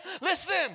Listen